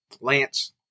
Lance